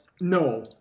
no